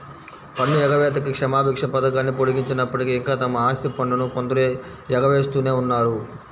పన్ను ఎగవేతకి క్షమాభిక్ష పథకాన్ని పొడిగించినప్పటికీ, ఇంకా తమ ఆస్తి పన్నును కొందరు ఎగవేస్తూనే ఉన్నారు